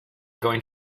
going